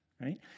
right